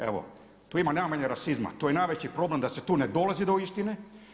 Evo tu ima najmanje rasizma, tu je najveći problem da se tu ne dolazi do istine.